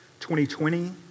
2020